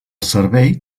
servei